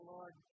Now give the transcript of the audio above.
Lord